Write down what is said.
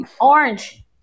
Orange